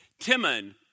Timon